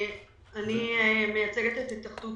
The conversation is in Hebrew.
האפליה הזאת ממשיכה גם בהגדרה שבעצם 10 שנים